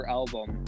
album